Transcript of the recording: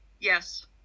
yes